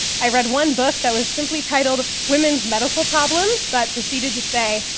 i read one book that was simply titled women's medical problems but proceeded to say,